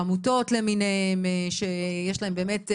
עמותות למיניהן שיש להן באמת,